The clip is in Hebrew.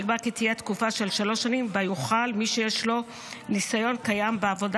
נקבע כי תהיה תקופה של שלוש שנים שבה יוכל מי שיש לו ניסיון קיים בעבודה